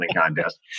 contest